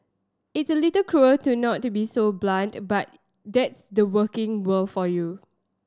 it's a little cruel to not to be so blunt but that's the working world for you